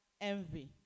envy